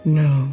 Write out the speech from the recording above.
no